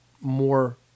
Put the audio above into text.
more